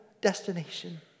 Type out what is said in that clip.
destination